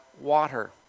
water